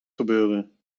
gebeuren